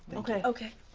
okay. okay